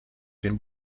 den